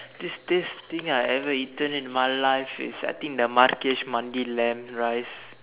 tastiest thing I ever eaten in my life is I think the Marrakesh Mandi lamb rice